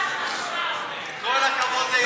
כל הכבוד ליעל.